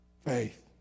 faith